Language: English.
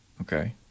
Okay